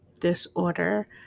disorder